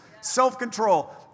self-control